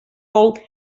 old